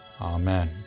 Amen